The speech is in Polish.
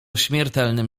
śmiertelnym